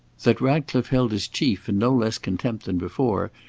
that ratcliffe held his chief in no less contempt than before,